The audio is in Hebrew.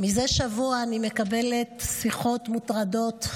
מזה שבוע אני מקבלת שיחות מוטרדות,